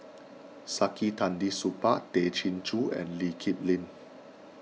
Saktiandi Supaat Tay Chin Joo and Lee Kip Lin